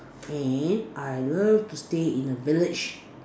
and I love to stay in a village